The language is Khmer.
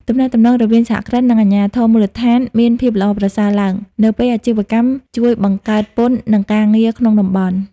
ទំនាក់ទំនងរវាងសហគ្រិន និងអាជ្ញាធរមូលដ្ឋានមានភាពល្អប្រសើរឡើង នៅពេលអាជីវកម្មជួយបង្កើតពន្ធ និងការងារក្នុងតំបន់។